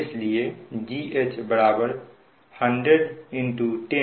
इसलिए G H 100 10